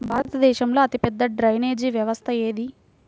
భారతదేశంలో అతిపెద్ద డ్రైనేజీ వ్యవస్థ ఏది?